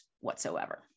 whatsoever